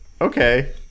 Okay